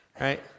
right